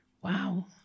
Wow